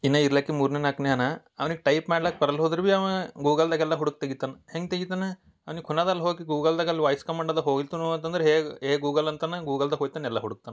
ಇನ್ನು ಇರ್ಲಕ್ಕಿ ಮೂರನೇ ನಾಲ್ಕನೆಯೋನು ಅವ್ನಿಗೆ ಟೈಪ್ ಮಾಡಕ್ ಬರ್ಲ್ ಹೋದ್ರೂ ಬಿ ಅವ ಗೂಗಲ್ದಾಗೆ ಎಲ್ಲ ಹುಡುಕಿ ತೆಗಿತಾನೆ ಹೆಂಗೆ ತೆಗಿತಾನೆ ಅವ್ನಿಗೆ ಕುನದಲ್ ಹೋಗಿ ಗೂಗಲ್ದಾಗೆ ಅಲ್ಲಿ ವಾಯ್ಸ್ ಕಮ್ಮಾಂಡ್ ಇದೆ ಹೋಗಿರ್ತಾನ್ ಅವ ಅಂತಂದ್ರೆ ಹೇ ಹೇ ಗೂಗಲ್ ಅಂತಾನೆ ಗೂಗಲ್ದಾಗೆ ಹೋಗ್ಕಂಡ್ ಎಲ್ಲ ಹುಡುಕ್ತಾನೆ